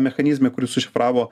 mechanizme kuris užšifravo